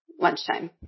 lunchtime